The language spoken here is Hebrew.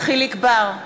יחיאל חיליק בר,